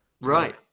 right